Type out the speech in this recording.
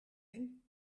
één